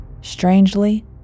strangely